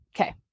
Okay